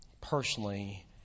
personally